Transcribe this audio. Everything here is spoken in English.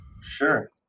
sure